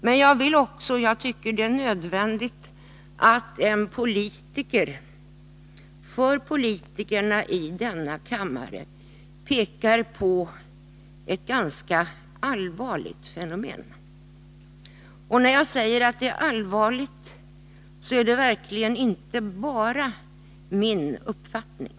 Men jag tycker att det är nödvändigt att en politiker, för politikerna i denna kammare pekar på ett ganska allvarligt fenomen — och när jag säger att det är allvarligt är det verkligen inte bara min uppfattning.